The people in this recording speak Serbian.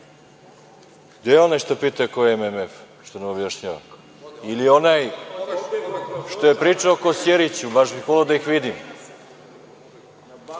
gde je onaj što pita ko je MMF? Što nam objašnjava? Ili onaj što je pričao o Kosjeriću, baš bih voleo da ih vidim